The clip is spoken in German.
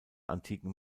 antiken